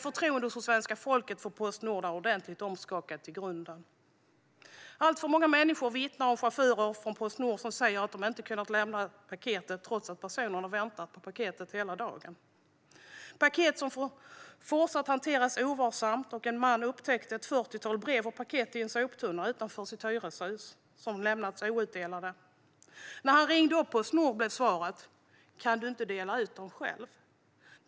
Förtroendet hos svenska folket för Postnord är ordentligt omskakat i grunden. Alltför många människor vittnar om chaufförer från Postnord som säger att de inte har kunnat lämna ett paket, trots att personen har väntat på paketet hela dagen. Paket hanteras fortfarande ovarsamt. En man upptäckte ett fyrtiotal brev och paket i en soptunna utanför sitt hyreshus. De hade lämnats outdelade. När han ringde Postnord blev svaret att han kunde väl dela ut dem själv.